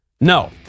No